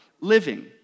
living